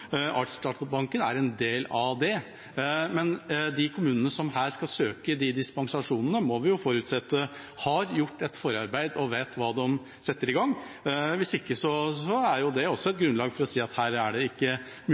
Artsdatabanken er en del av det. Men de kommunene som her skal søke om dispensasjon, må vi forutsette har gjort et forarbeid og vet hva de setter i gang. Hvis ikke er det et grunnlag for å si at det ikke